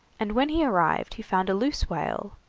and when he arrived he found a loose whale,